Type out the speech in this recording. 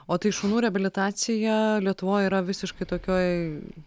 o tai šunų reabilitacija lietuvoje yra visiškai tokioj